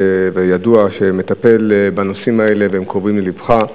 ידוע שאתה מטפל בנושאים האלה והם קרובים ללבך.